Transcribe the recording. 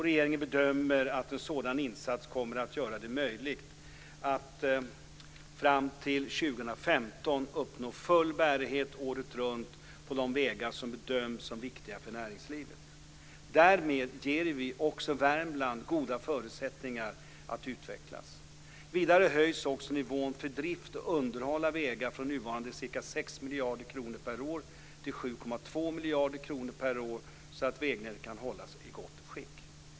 Regeringen bedömer att en sådan insats kommer att göra det möjligt att fram till 2015 uppnå full bärighet året runt på de vägar som bedöms som viktiga för näringslivet. Därmed ger vi också Värmland goda förutsättningar att utvecklas. Vidare höjs också nivån för drift och underhåll av vägar från nuvarande ca 6 miljarder kronor per år till 7,2 miljarder kronor per år så att vägnätet kan hållas i gott skick.